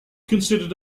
considered